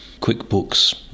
QuickBooks